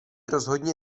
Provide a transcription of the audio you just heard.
rozhodně